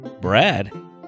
Brad